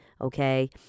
Okay